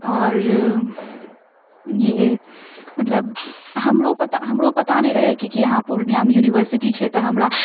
आओर ये मतलब हमरो पता हमरो पता नहि रहै कि की पूर्णियामे यूनिवर्सिटी छै तऽ हमरा